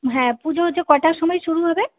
হ্যাঁ পুজো উজো কটা সময় শুরু হবে